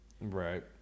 Right